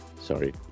sorry